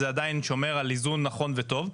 זה עדיין שומר על איזון נכון וטוב.